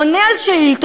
עונה על שאילתות,